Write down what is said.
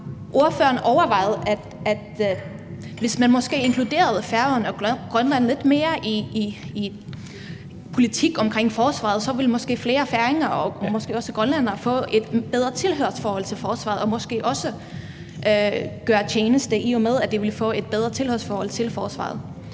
ordføreren overvejet, at hvis man måske inkluderede Færøerne og Grønland lidt mere i politik omkring forsvaret, ville flere færinger og måske også grønlændere måske få et bedre tilhørsforhold til forsvaret og måske også gøre tjeneste, i og med at de ville få et bedre tilhørsforhold til forsvaret?